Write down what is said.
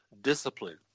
discipline